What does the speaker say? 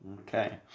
Okay